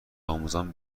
آموزان